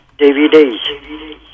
DVDs